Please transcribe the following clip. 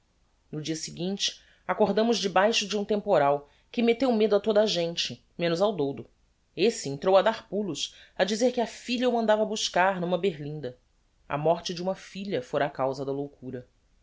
no dia seguinte acordamos debaixo de um temporal que metteu medo a toda a gente menos ao doudo esse entrou a dar pulos a dizer que a filha o mandava buscar n'uma berlinda a morte de uma filha fôra a causa da loucura